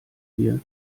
hier